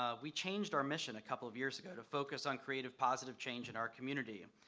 ah we changed our mission a couple of years ago to focus on creative, positive change in our community,